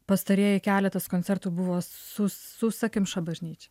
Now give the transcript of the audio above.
pastarieji keletas koncertų buvo su sausakimša bažnyčia